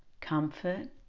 comfort